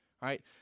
right